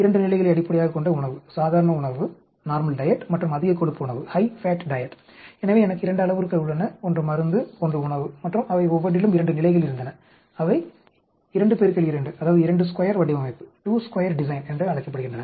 2 நிலைகளை அடிப்படையாகக் கொண்ட உணவு சாதாரண உணவு மற்றும் அதிக கொழுப்பு உணவு எனவே எனக்கு 2 அளவுருக்கள் உள்ளன ஒன்று மருந்து ஒன்று உணவு மற்றும் அவை ஒவ்வொன்றிலும் 2 நிலைகள் இருந்தன அவை 2 2 22 வடிவமைப்பு என்று அழைக்கப்படுகின்றன